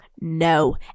No